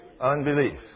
Unbelief